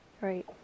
Right